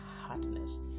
hardness